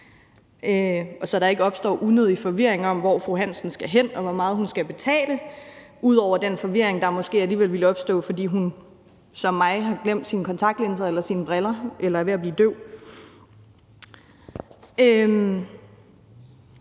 så der ikke opstår unødig forvirring om, hvor fru Hansen skal hen, og hvor meget hun skal betale – ud over den forvirring, der måske alligevel ville opstå, fordi hun, som mig, havde glemt sine kontaktlinser eller sine briller eller var ved at blive døv. De